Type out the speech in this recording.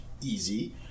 easy